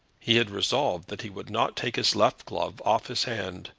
he had resolved that he would not take his left glove off his hand,